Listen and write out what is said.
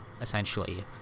essentially